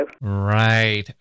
right